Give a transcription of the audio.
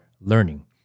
learning